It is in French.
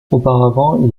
auparavant